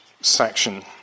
section